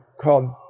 called